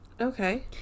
Okay